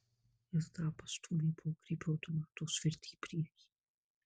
jis dar pastūmė pokrypio automato svirtį į priekį